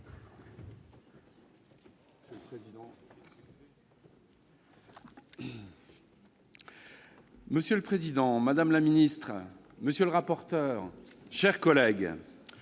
Monsieur le président, madame la ministre, monsieur le rapporteur, mes chers collègues,